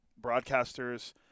broadcasters